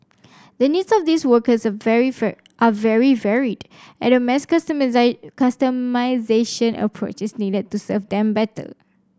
the needs of these workers very fur are very varied and a mass customisation approach is needed to serve them better